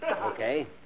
Okay